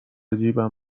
جیبم